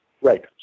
right